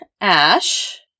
Ash